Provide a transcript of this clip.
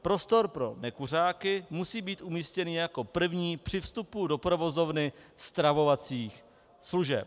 Prostor pro nekuřáky musí být umístěný jako první při vstupu do provozovny stravovacích služeb.